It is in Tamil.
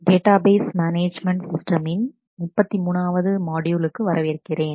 டேட்டாபேஸ் மேனேஜ்மென்ட் சிஸ்டமின் 33 ஆவது மாட்யூலுக்கு வரவேற்கிறேன்